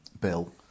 bill